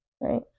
right